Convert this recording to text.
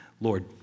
Lord